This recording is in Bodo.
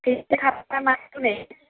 दे